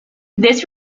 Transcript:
this